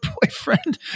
boyfriend